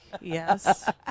Yes